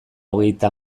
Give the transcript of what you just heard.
hogeita